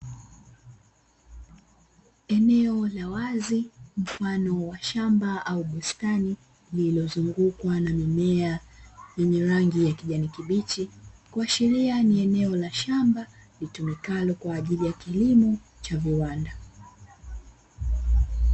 Eneo la wazi mfano wa shamba au bustani, lilizozungukwa na mimea yenye rangi ya kijani kibichi, kuashiria ni eneo la shamba litumikalo kwa ajili ya kilimo cha viwanda.